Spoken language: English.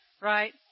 right